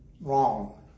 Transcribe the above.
Wrong